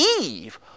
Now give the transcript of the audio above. Eve